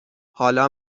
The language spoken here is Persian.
حالا